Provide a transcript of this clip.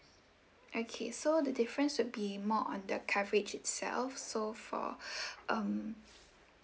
okay so the difference will be more on the coverage itself so for um